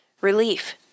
Relief